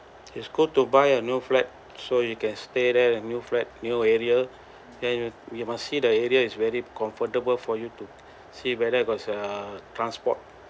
it's good to buy a new flat so you can stay there a new flat new area then we must see the area is very comfortable for you to see whether got uh transport